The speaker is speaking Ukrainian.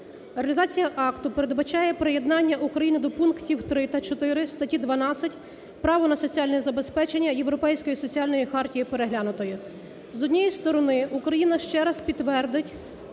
Реалізація акту передбачає приєднання України до пунктів 3 та 4 статті 12 право на соціальне забезпечення Європейської соціальної хартії переглянутою. З однієї сторони Україна ще раз підтвердить